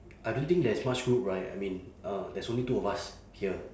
I don't think there's much group right I mean uh there's only two of us here